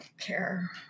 care